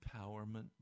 empowerment